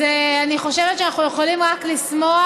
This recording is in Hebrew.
אז אני חושבת שאנחנו יכולים רק לשמוח